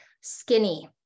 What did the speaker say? skinny